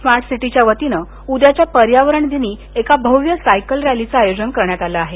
smart सिटीच्या वतीनं उद्याच्या पर्यावरण दिनी एका भव्य सायकल रॅलीच आयोजन करण्यात आलं आहे